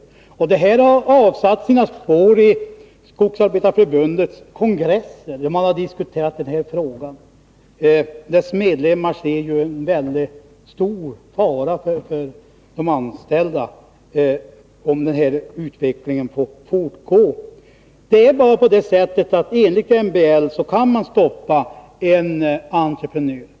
Dessa förhandlingar har satt sina spår i Skogsarbetareförbundets kongresser när man diskuterat den här frågan. Dess medlemmar ser det som en mycket stor fara för de anställda, om den här utvecklingen får fortgå. Det är bara så att man enligt MBL kan stoppa en entreprenör.